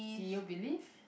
do you believe